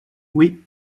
oui